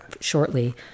shortly